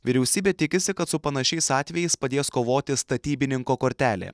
vyriausybė tikisi kad su panašiais atvejais padės kovoti statybininko kortelė